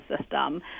system